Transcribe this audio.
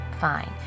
fine